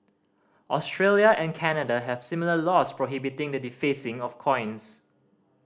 Australia and Canada have similar laws prohibiting the defacing of coins